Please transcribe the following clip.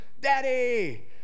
Daddy